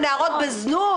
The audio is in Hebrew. מנערות בזנות?